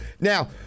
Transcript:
Now